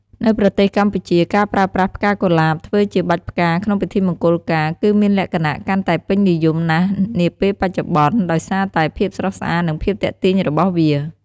នៅប្រទេសកម្ពុជា ការប្រើប្រាស់ ផ្កាកុលាប ធ្វើជាបាច់ផ្កាក្នុងពិធីមង្គលការ គឺមានលក្ខណៈកាន់តែពេញនិយមណាស់នាពេលបច្ចុប្បន្ន ដោយសារតែភាពស្រស់ស្អាត និង ភាពទាក់ទាញរបស់វា។